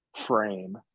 frame